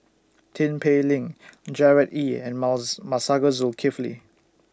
Tin Pei Ling Gerard Ee and mouse Masagos Zulkifli